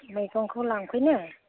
मैगंखौ लांफैनो